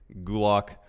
Gulak